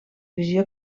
visió